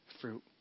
fruit